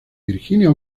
virginia